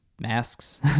masks